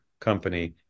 company